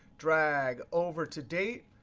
drag over to date.